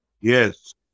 Yes